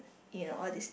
you know all this